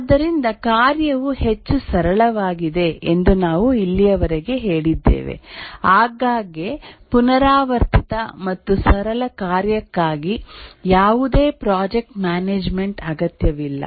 ಆದ್ದರಿಂದ ಕಾರ್ಯವು ಹೆಚ್ಚು ಸರಳವಾಗಿದೆ ಎಂದು ನಾವು ಇಲ್ಲಿಯವರೆಗೆ ಹೇಳಿದ್ದೇವೆ ಆಗಾಗ್ಗೆ ಪುನರಾವರ್ತಿತ ಮತ್ತು ಸರಳ ಕಾರ್ಯಕ್ಕಾಗಿ ಯಾವುದೇ ಪ್ರಾಜೆಕ್ಟ್ ಮ್ಯಾನೇಜ್ಮೆಂಟ್ ಅಗತ್ಯವಿಲ್ಲ